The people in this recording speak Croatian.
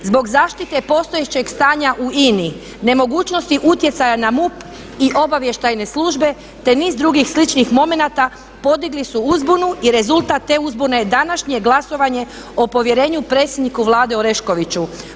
Zbog zaštite postojećeg stanja u INA-i, nemogućnosti utjecaja na MUP i obavještajne službe, te niz drugih sličnih momenata podigli su uzbunu i rezultat te uzbune je današnje glasovanje o povjerenju predsjedniku Vlade Oreškoviću.